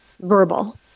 verbal